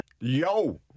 yo